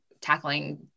tackling